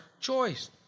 choice